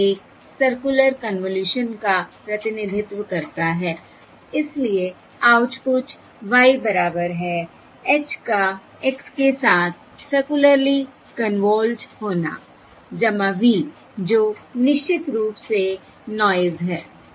यह एक circular convolution का प्रतिनिधित्व करता है इसलिए आउटपुट y बराबर है h का x के साथ सर्कुलरली कन्वॉल्वड होना v जो निश्चित रूप से नॉयस है